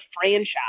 franchise